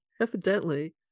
Evidently